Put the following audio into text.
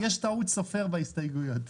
יש טעות סופר בהסתייגויות.